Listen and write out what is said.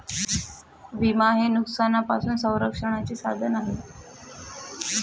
विमा हे नुकसानापासून संरक्षणाचे साधन आहे